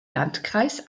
landkreis